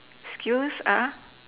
skills